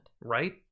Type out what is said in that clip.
Right